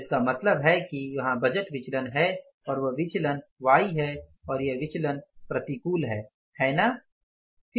तो इसका मतलब है कि वहाँ बजट विचलन हैं और वह विचलन Y है और यह विचलन प्रतिकूल है है ना